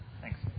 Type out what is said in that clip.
Thanks